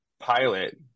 pilot